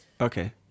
Okay